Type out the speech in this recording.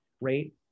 rate